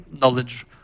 knowledge